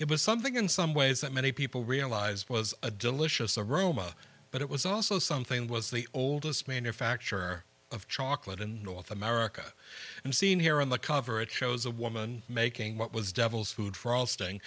it was something in some ways that many people realized was a delicious aroma but it was also something was the oldest manufacturer of chocolate in north america and seen here on the cover it shows a woman making what was devil's food f